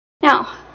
now